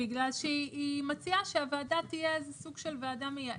בגלל שהיא מציעה שהוועדה תהיה סוג של ועדה מייעצת.